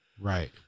Right